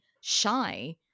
shy